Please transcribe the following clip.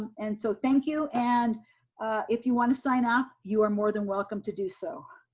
and so thank you and if you wanna sign up, you're more than welcome to do so.